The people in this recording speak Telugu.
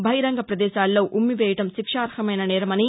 బహిరంగ ప్రదేశాల్లో ఉమ్మివేయడం శిక్షార్హమైన నేరమని